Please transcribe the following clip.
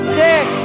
six